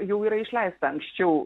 jau yra išleista anksčiau